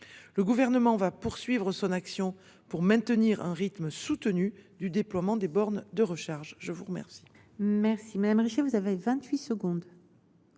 Le Gouvernement va poursuivre son action pour maintenir un rythme soutenu de déploiement des bornes de recharge. La parole